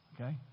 Okay